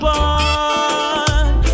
one